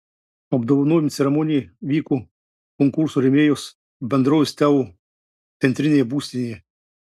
apdovanojimų ceremonija vyko konkurso rėmėjos bendrovės teo centrinėje būstinėje